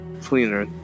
cleaner